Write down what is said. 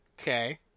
Okay